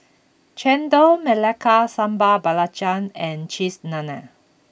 Chendol Melaka Sambal Belacan and Cheese Naan